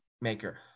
maker